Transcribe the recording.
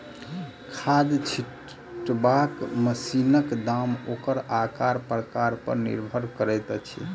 खाद छिटबाक मशीनक दाम ओकर आकार प्रकार पर निर्भर करैत अछि